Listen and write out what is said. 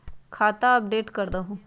खाता अपडेट करदहु?